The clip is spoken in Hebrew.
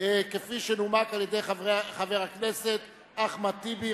שנומקה על-ידי חבר הכנסת אחמד טיבי.